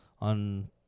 on